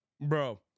bro